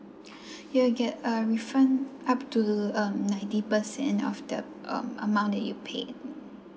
ya you get um refund up to um ninety percent of the um amount that you paid